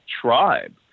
tribe